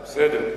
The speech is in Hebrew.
בסדר.